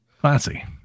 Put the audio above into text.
Classy